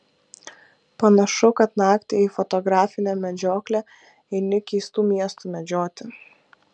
panašu kad naktį į fotografinę medžioklę eini keistų miestų medžioti